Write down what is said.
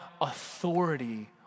authority